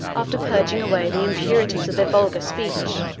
after purging away the impurities of their vulgar speech,